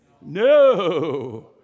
No